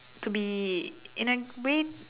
to be in a way